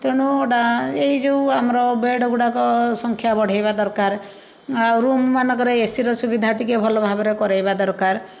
ତେଣୁ ଡ଼ା ଏଇ ଯେଉଁ ଆମର ବେଡ଼ ଗୁଡ଼ାକ ସଂଖ୍ୟା ବଢ଼ାଇବା ଦରକାର ଆଉ ରୁମ ମାନଙ୍କରେ ଏସିର ସୁବିଧା ଟିକେ ଭଲ ଭାବରେ କରାଇବା ଦରକାର